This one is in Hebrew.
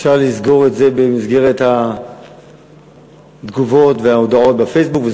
אפשר לסגור את זה במסגרת התגובות וההודעות בפייסבוק,